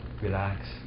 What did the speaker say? relax